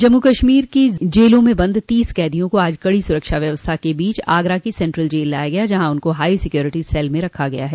जम्मू कश्मीर की जलों में बंद तीस कैदियों को आज कड़ी सुरक्षा व्यवस्था के बीच आगरा के सेन्ट्रल जेल लाया गया जहां उनको हाई सिक्योरिटी सेल में रखा गया है